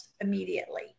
immediately